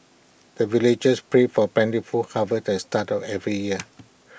the villagers pray for plentiful harvest at the start of every year